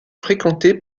fréquenté